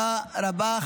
תודה רבה.